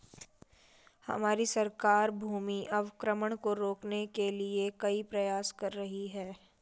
हमारी सरकार भूमि अवक्रमण को रोकने के लिए कई प्रयास कर रही है